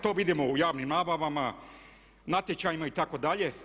To vidimo u javnim nabavama, natječajima itd.